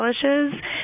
polishes